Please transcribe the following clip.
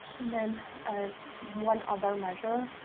and then ah one other measure,